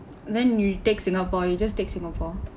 then you take Singapore you just take Singapore